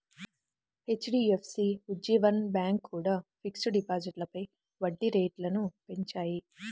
HDFC, Ujjivan bank కూడా fixed డిపాజిట్లపై వడ్డీ రేట్లను పెంచాయి